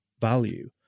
value